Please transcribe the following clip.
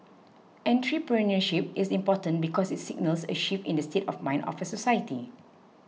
entrepreneurship is important because it signals a shift in the state of mind of a society